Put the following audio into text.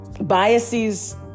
biases